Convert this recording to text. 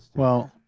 well,